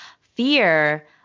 fear